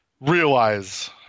realize